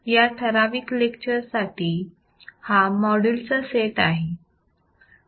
या ठराविक लेक्चर साठी हा मॉड्यूल चा सेट आहे